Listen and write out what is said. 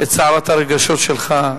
את סערת הרגשות שלך,